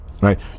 right